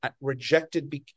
rejected